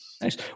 Nice